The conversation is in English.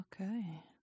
Okay